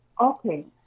Okay